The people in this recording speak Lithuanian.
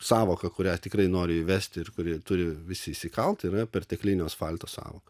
sąvoka kurią tikrai nori įvesti ir kuri turi visi įsikalt yra perteklinio asfalto sąvoką